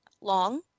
long